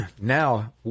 now